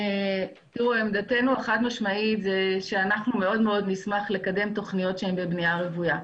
עמדתנו החד-משמעית היא שאנחנו נשמח מאוד לקדם תוכניות בבנייה רוויה.